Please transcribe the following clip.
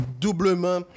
Doublement